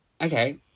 okay